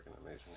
amazing